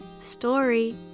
Story